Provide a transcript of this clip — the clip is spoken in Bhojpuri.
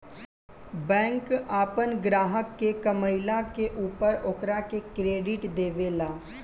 बैंक आपन ग्राहक के कमईला के ऊपर ओकरा के क्रेडिट देवे ले